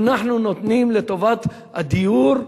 אנחנו נותנים לטובת הדיור,